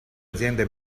aziende